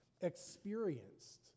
experienced